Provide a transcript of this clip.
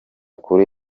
kuri